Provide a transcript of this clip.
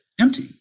empty